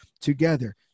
together